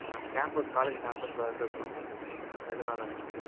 ஆ campus college கேம்பஸ்க்குள்ள தான் sir தொலைஞ்சுடுச்சி ரெண்டு நாளாச்சு சார்